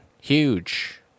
huge